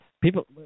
People